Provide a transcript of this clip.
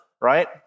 right